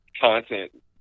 content